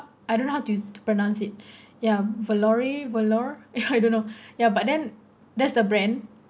I don't know how to pronounce it ya valore valore ya I don't know ya but then that's the brand